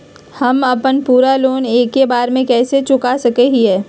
हम अपन पूरा लोन एके बार में कैसे चुका सकई हियई?